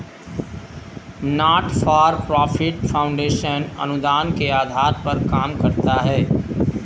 not for profit foundation अनुदान के आधार पर काम करता है